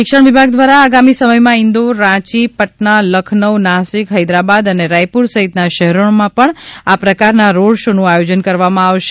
શિક્ષણ વિભાગ દ્વારા આગામી સમયમા ઇંદોર રાંચી પટના લખનઉ નાસિક હૈદરાબાદ અને રાયપુર સહિતના શહેરોમાં પણ આ પ્રકાર ના રોડ શૉનું આયોજન કરવામાં આવશે